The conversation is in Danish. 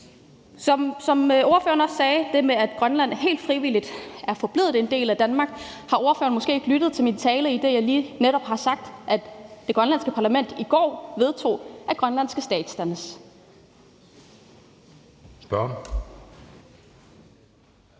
det, spørgeren også sagde, med, at Grønland helt frivilligt er forblevet en del af Danmark, har ordføreren måske ikke lyttet til min tale, idet jeg netop lige har sagt, at det grønlandske parlament i går vedtog, at Grønland skal statsdannes.